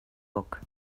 book